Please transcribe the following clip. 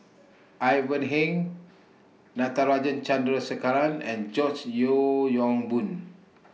Ivan Heng Natarajan Chandrasekaran and George Yeo Yong Boon